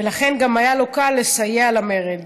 ולכן גם היה לו קל לסייע במרד.